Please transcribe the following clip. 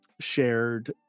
shared